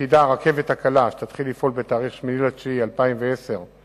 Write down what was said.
עתידה הרכבת הקלה, שתתחיל לפעול ב-8 בספטמבר 2010,